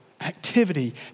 activity